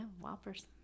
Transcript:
Whoppers